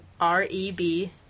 R-E-B